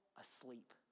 asleep